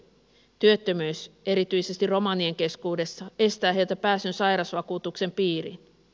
työttömyys erityisesti romanien keskuudessa estää heiltä pääsyn sairasvakuutuksen piiriin